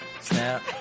Snap